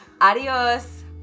Adios